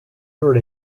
heard